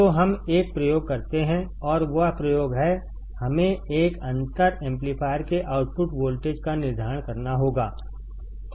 तो हम एक प्रयोग करते हैं और वह प्रयोग हैहमें एक अंतर एम्पलीफायर के आउटपुट वोल्टेज का निर्धारण करना होगा